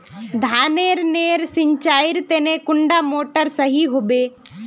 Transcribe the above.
धानेर नेर सिंचाईर तने कुंडा मोटर सही होबे?